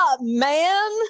man